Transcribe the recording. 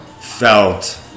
felt